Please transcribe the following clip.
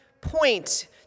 point